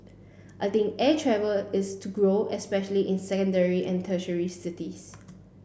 I think air travel is to grow especially in secondary and tertiary cities